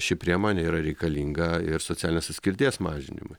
ši priemonė yra reikalinga ir socialinės atskirties mažinimui